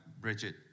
Bridget